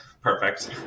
Perfect